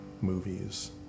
movies